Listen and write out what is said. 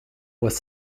was